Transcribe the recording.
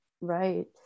Right